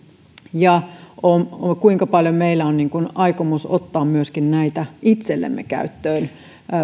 ja kuinka paljon meillä on aikomusta ottaa näitä myöskin itsellemme käyttöön